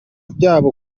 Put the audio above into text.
byabo